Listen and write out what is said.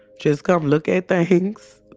just come look at things